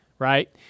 Right